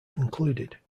concluded